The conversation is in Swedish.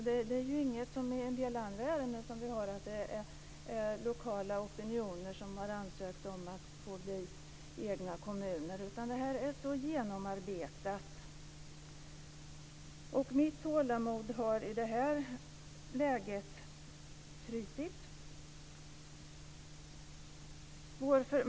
Det är ju inte som i en del andra ärenden, att det har varit lokala opinioner som har ansökt om att få bilda egna kommuner. Detta är verkligen genomarbetat. I det här läget har mitt tålamod trutit.